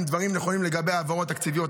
הם דברים נכונים לגבי העברות תקציביות.